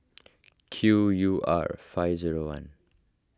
Q U R five zero one